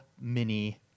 mini